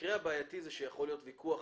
המקרה הבעייתי הוא שיכול להיות ויכוח